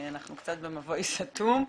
אנחנו קצת במבוי סתום.